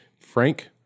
Frank